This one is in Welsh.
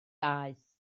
daeth